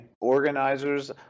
organizers